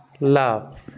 love